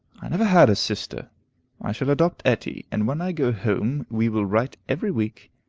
i never had a sister i shall adopt etty, and when i go home, we will write every week,